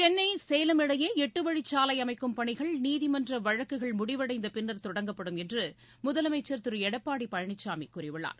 சென்ளை சேலம் இடையே எட்டு வழிச்சாலை அமைக்கும் பணிகள் நீதிமன்ற வழக்குகள் முடிவடைந்த பின்னர் தொடங்கப்படும் என்று முதலமைச்சர் திரு எடப்பாடி பழனிசாமி கூறியுள்ளார்